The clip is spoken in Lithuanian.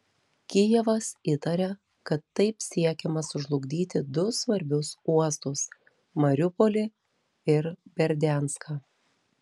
kijevas įtaria kad taip siekiama sužlugdyti du svarbius uostus mariupolį ir berdianską